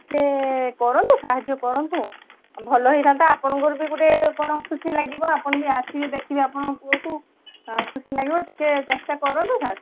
ଟିକେ କରନ୍ତୁ ସାହାଯ୍ୟ କରନ୍ତୁ ଭଲ ହେଇଥାନ୍ତା ଆପଣଙ୍କର ବି ଗୋଟେ କ'ଣ ଖୁସି ଲାଗିବ ଆପଣ ବି ଆସିବେ ଦେଖିବେ ଆପଣଙ୍କ ପୁଅକୁ ଖୁସି ଲାଗିବ ଟିକେ ଚେଷ୍ଟା କରନ୍ତୁ ସାର୍